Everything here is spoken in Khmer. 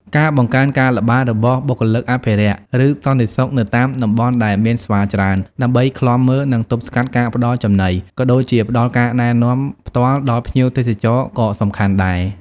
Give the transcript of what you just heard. ការបង្កើនការល្បាតរបស់បុគ្គលិកអភិរក្ស ឬសន្តិសុខនៅតាមតំបន់ដែលមានស្វាច្រើន ដើម្បីឃ្លាំមើល និងទប់ស្កាត់ការផ្តល់ចំណី ក៏ដូចជាផ្តល់ការណែនាំផ្ទាល់ដល់ភ្ញៀវទេសចរក៏សំខាន់ដែរ។